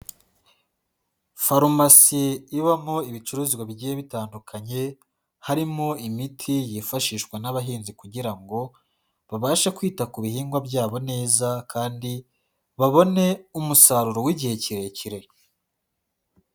Farumasi ibamo ibicuruzwa bigiye bitandukanye, harimo imiti yifashishwa n'abahinzi kugira ngo babashe kwita ku bihingwa byabo neza kandi babone umusaruro w'igihe kirekire.